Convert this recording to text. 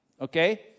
Okay